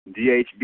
dhb